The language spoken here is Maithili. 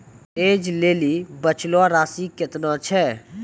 ऐज लेली बचलो राशि केतना छै?